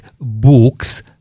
books